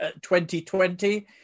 2020